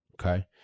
Okay